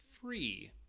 free